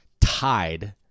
tied